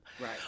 Right